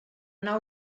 anar